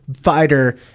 fighter